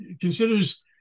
considers